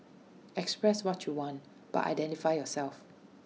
express what you want but identify yourself